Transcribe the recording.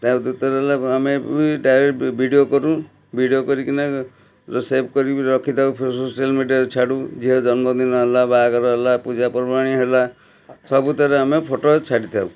ତା'ପରେ ଦ୍ୱତୀୟରେ ହେଲା ଆମେ ବି ଡାଇରେକ୍ଟ ଭି ଭିଡ଼ିଓ କରୁ ଭିଡ଼ିଓ କରିକିନା ଯେଉଁ ସେଭ୍ କରିକି ବି ରଖିଥାଉ ସୋସିଆଲ୍ ମିଡ଼ିଆରେ ଛାଡ଼ୁ ଝିଅ ଜନ୍ମଦିନ ହେଲା ବାହାଘର ହେଲା ପୂଜାପର୍ବାଣି ହେଲା ସବୁଥିରେ ଆମେ ଫୋଟୋ ଛାଡ଼ିଥାଉ